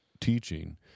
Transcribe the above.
teaching